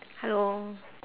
hello